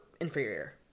inferior